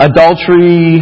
Adultery